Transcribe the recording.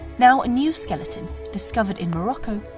now a new skeleton, discovered in morocco,